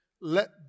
Let